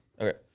Okay